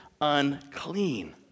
unclean